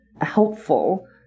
helpful